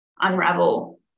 unravel